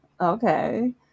okay